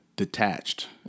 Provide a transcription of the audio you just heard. Detached